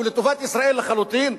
שהוא לטובת ישראל לחלוטין,